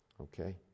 Okay